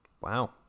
Wow